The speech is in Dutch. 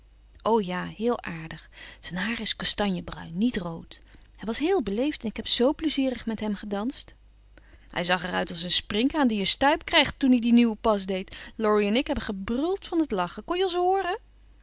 o ja heel aardig zijn haar is kastanjebruin niet rood hij was heel beleefd en ik heb z pleizierig met hem gedanst hij zag er uit als een sprinkhaan die een stuip krijgt toen hij dien nieuwen pas deed laurie en ik hebben gebruld van t lachen kon je ons hooren